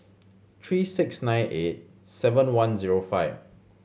three six nine eight seven one zero five